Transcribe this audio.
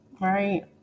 Right